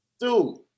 dude